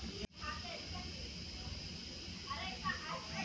মেলা জিনিস আমাদের দ্যাশে না হলে বাইরে থাকে আসে